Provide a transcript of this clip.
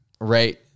Right